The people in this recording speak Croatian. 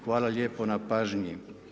Hvala lijepo na pažnji.